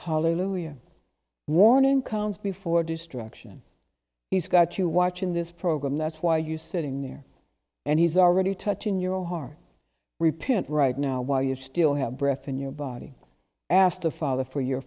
holloa warning comes before destruction he's got you watch in this program that's why you sitting there and he's already touching your heart repent right now while you still have breath in your body ask the father for your